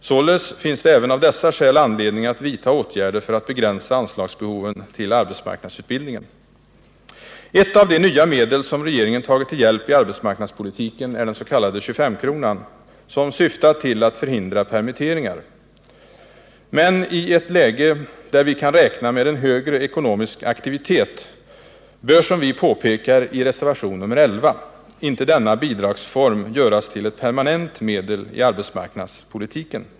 Således finns det även av dessa skäl anledning att vidta åtgärder för att begränsa anslagen till arbetsmarknadsutbildningen. Ett av de nya medel som regeringen tagit till hjälp i arbetsmarknadspolitiken ärden ss.k. 2S-kronan, som syftar till att förhindra permitteringar. Men i ett läge där vi kan räkna med en högre ekonomisk aktivitet bör, som vi påpekar i reservation nr 11, inte denna bidragsform göras till ett permanent medel i arbetsmarknadspolitiken.